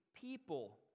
people